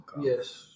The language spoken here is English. Yes